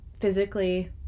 physically